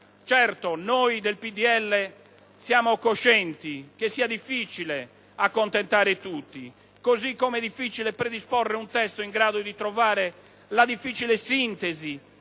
Noi del PdL siamo coscienti che sia difficile accontentare tutti, così come è difficile predisporre un testo in grado di trovare la difficile sintesi